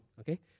okay